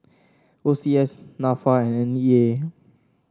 O C S NAFA and N E A